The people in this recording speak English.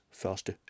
første